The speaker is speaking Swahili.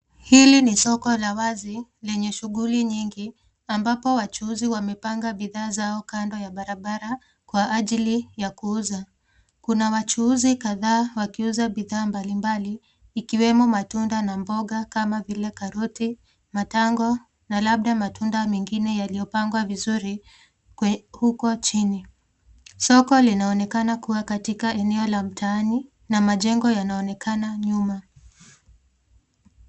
Hili ni Soko la wazi lenye shughuli nyingi, ambapo wachuuzi wamepanga bidhaa zao kando ya barabara kwa ajili ya kuuza. Kuna wachuuzi kadhaa wakiuza bidhaa mbalimbali, ikiwemo matunda na mboga kama vile karoti, matango na labda matunda mengine yaliyopangwa vizuri huko chini. Soko linaonekana kuwa katika eneo la mtaani na majengo yanaonekana nyuma.